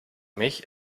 mich